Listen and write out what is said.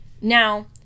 Now